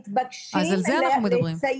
אז על זה אנחנו מדברים.